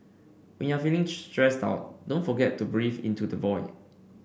when you are feeling stressed out don't forget to breathe into the void